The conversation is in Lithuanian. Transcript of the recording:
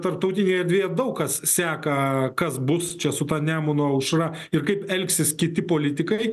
tarptautinėje erdvėje daug kas seka kas bus čia su ta nemuno aušra ir kaip elgsis kiti politikai